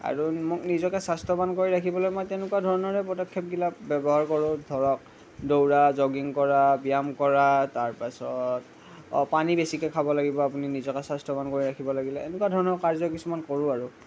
আৰু নিজকে স্বাস্থ্যৱান কৰি ৰাখিবলৈ মই তেনেকুৱা ধৰণৰে পদক্ষেপবিলাক ব্যৱহাৰ কৰোঁ ধৰক দৌৰা জ'গিং কৰা ব্যায়াম কৰা তাৰপাছত অঁ পানী বেছিকৈ খাব লাগিব আপুনি নিজকে স্বাস্থ্যৱান কৰি ৰাখিব লাগিলে এনেকুৱা ধৰণৰ কাৰ্য কিছুমান কৰোঁ আৰু